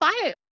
fire